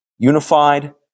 unified